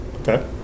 Okay